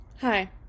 Hi